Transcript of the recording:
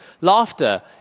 Laughter